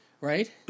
right